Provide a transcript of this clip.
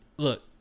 Look